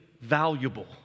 valuable